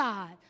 God